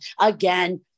Again